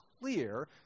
clear